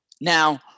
Now